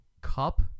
Cup